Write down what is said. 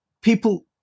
people